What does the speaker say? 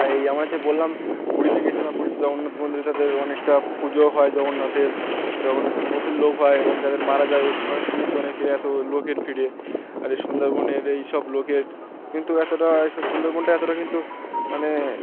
এই আমার যে বললাম পুরীতে গিয়েছিলাম পুরীতে জগন্নাথ মন্দির তাদের অনেকটা পুজো হয় জগন্নাথের জগন্নাথের প্রচুর লোক হয় এবং তাদের মারা যায় শুনেছি অনেকে এত লোকের ফিরে আর এই সুন্দরবন এলে এই সব লোকের কিন্তু এতটা এ সব সুন্দরবনটা এতটা কিন্তু মানে